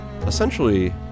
essentially